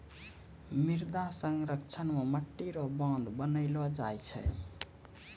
मृदा संरक्षण मे मट्टी रो बांध बनैलो जाय छै